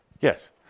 Yes